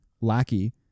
lackey